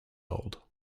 old